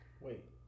Wait